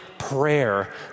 prayer